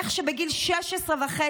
איך שבגיל 16.5,